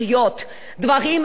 בזה אנחנו עסקנו.